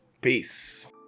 peace